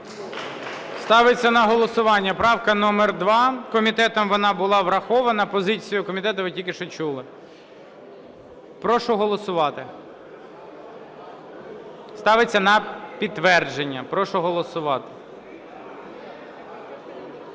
Ставиться на голосування правка номер 2, комітетом вона була врахована, позицію комітету ви тільки що чули. Прошу голосувати. Ставиться на підтвердження, прошу голосувати.